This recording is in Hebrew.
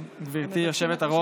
קודם כול, גברתי היושבת-ראש,